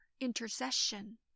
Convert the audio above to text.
intercession